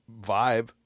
vibe